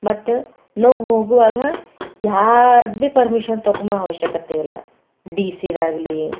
ಮತ್ತೆ ನಾವು ಹೋಗುವಾಗ ಯಾರದ್ದು ಬಿ ಪರ್ಮಿಷನ್ ತಕೊಮ ಅವಶ್ಯಕತೆ ಇಲ್ಲ ಡಿ ಸಿದಾಗ್ಲಿ